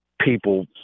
people